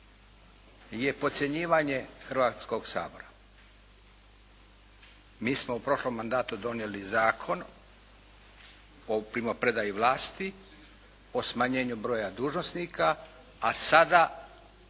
je podcjenjivanje Hrvatskoga sabora. Mi smo u prošlom mandatu donijeli Zakon o primopredaji vlasti, o smanjenju broja dužnosnika a sada